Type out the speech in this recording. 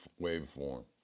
waveform